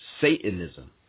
satanism